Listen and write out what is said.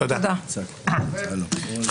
הם רצים אחרי התהליך ומוציאים נירות